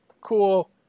cool